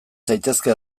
zaitezke